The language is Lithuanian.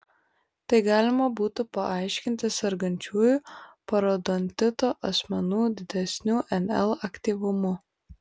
tai galima būtų paaiškinti sergančiųjų parodontitu asmenų didesniu nl aktyvumu